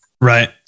Right